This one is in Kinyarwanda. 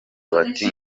bati